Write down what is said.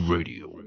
Radio